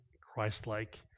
Christ-like